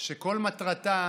שכל מטרתה